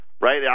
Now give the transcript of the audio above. right